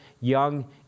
young